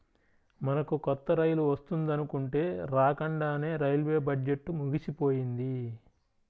మనకు కొత్త రైలు వస్తుందనుకుంటే రాకండానే రైల్వే బడ్జెట్టు ముగిసిపోయింది